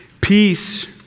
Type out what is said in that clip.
Peace